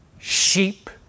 sheep